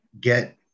get